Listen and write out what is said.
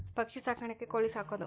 ಪಕ್ಷಿ ಸಾಕಾಣಿಕೆ ಕೋಳಿ ಸಾಕುದು